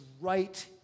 right